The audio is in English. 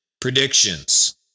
predictions